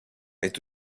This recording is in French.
est